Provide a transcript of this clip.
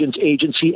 agency